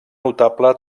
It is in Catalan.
notable